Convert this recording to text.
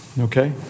Okay